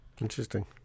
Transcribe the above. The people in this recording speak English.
Interesting